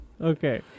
Okay